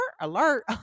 alert